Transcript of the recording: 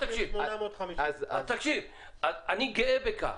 3,850. תקשיב, אני גאה בכך,